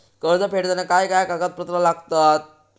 कर्ज फेडताना काय काय कागदपत्रा लागतात?